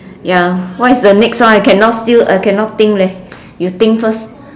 ya what is the next one I cannot still I cannot think leh you think first